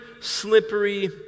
slippery